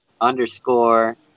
underscore